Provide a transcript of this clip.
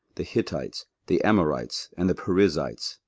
the hittites, the amorites, and the perizzites,